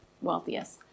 wealthiest